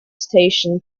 station